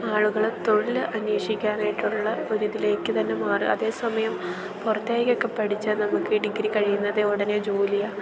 ആളുകൾ തൊഴിൽ അന്വേഷിക്കാനായിട്ടുള്ള ഒരു ഇതിലേക്ക് തന്നെ മാറുക അതേ സമയം പുറത്തേകൊക്കെ പഠിച്ചാൽ നമുക്ക് ഡിഗ്രി കഴിയുന്നതെ ഉടനെ ജോലിയാണ്